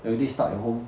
already stuck at home